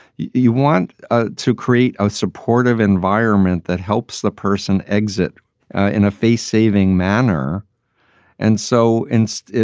you want ah to create a supportive environment that helps the person exit in a. face-saving manner and so inst,